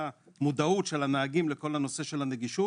המודעות של הנהגים לכל הנושא של הנגישות.